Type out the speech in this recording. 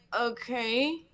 okay